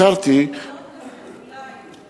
חבר הכנסת אזולאי,